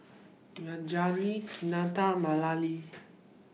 Yajaira Kinte and Malia